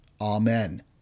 Amen